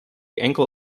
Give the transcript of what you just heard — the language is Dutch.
enkel